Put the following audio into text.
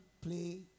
play